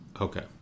Okay